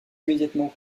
immédiatement